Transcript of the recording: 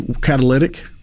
catalytic